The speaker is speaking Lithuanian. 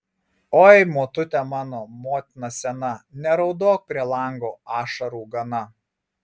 oi motute mano motina sena neraudok prie lango ašarų gana